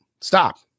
Stop